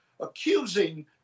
Accusing